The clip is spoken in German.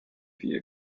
wir